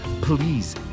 please